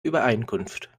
übereinkunft